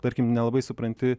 tarkim nelabai supranti